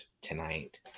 tonight